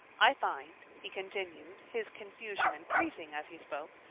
i find, he continued, his confusion increasing as he spoke,